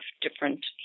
different